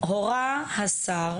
"הורה השר,